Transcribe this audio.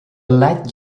light